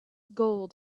gold